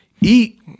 eat